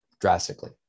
drastically